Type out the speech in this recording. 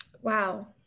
Wow